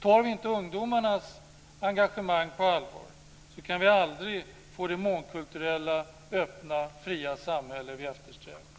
Om vi inte tar ungdomarnas engagemang på allvar kan vi aldrig få det mångkulturella öppna och fria samhälle som vi eftersträvar.